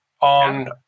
on